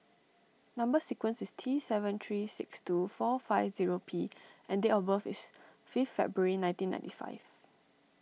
Number Sequence is T seven three six two four five zero P and date of birth is fifth February nineteen ninety five